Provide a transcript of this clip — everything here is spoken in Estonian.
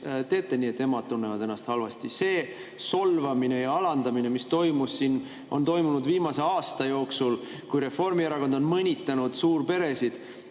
teete nii, et emad tunnevad ennast halvasti? See solvamine ja alandamine on siin toimunud viimase aasta jooksul, kui Reformierakond on mõnitanud suurperesid.